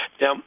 Now